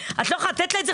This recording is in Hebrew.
את לא יכולה לתת לה את זה?